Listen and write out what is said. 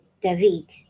david